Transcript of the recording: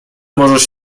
możesz